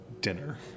dinner